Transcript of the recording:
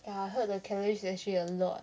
ya I heard the calories is actually a lot